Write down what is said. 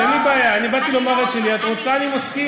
את רוצה להתעמת,